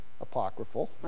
apocryphal